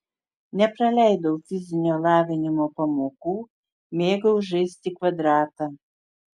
nepraleidau fizinio lavinimo pamokų mėgau žaisti kvadratą